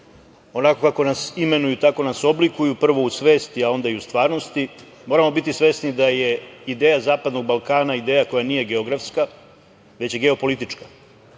Onako kao nas imenuju, tako nas oblikuju, prvo u svesti, a onda u stvarnosti. Moramo biti svesni da je ideja zapadnog Balkana ideja koja nije geografska, već geopolitička